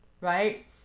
right